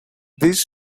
these